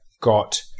got